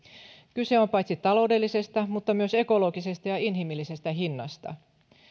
kyse on paitsi taloudellisesta myös ekologisesta ja inhimillisestä hinnasta